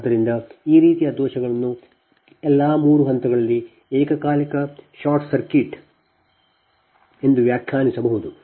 ಆದ್ದರಿಂದ ಈ ರೀತಿಯ ದೋಷವನ್ನು ಎಲ್ಲಾ ಮೂರು ಹಂತಗಳಲ್ಲಿ ಏಕಕಾಲಿಕ ಶಾರ್ಟ್ ಸರ್ಕ್ಯೂಟ್ ಎಂದು ವ್ಯಾಖ್ಯಾನಿಸಬಹುದು